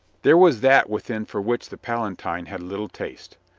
there was that within for which the palatine had little taste.